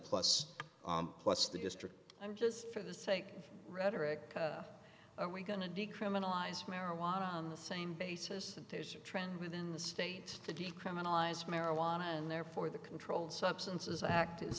plus plus the district i'm just for the sake of rhetoric are we going to decriminalize marijuana on the same basis there's a trend within the state to decriminalize marijuana and therefore the controlled substances act is